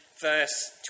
verse